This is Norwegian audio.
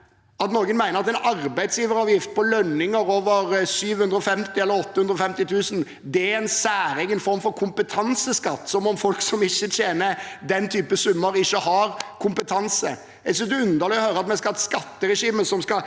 noen mene at en arbeidsgiveravgift på lønninger over 750 000 eller 850 000 kr er en særegen form for kompetanseskatt, som om folk som ikke tjener slike summer, ikke har kompetanse. Jeg synes det er underlig å høre at vi skal ha et skatteregime for å